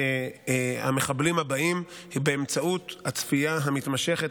המחבלים הבאים היא באמצעות הצפייה המתמשכת,